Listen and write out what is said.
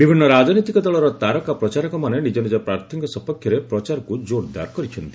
ବିଭିନ୍ନ ରାଜନୈତିକ ଦଳର ତାରକା ପ୍ରଚାରକମାନେ ନିଜ ନିଜ ପ୍ରାର୍ଥୀଙ୍କ ସପକ୍ଷରେ ପ୍ରଚାର କର୍ ଚ୍ଚନ୍ତି